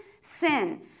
sin